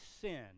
sin